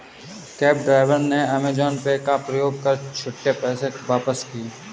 cab driver ने Amazon Pay का प्रयोग कर छुट्टे पैसे वापस किए